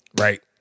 right